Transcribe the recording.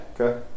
Okay